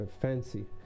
Fancy